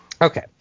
Okay